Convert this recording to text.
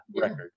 record